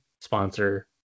sponsor